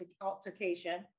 altercation